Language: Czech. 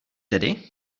tedy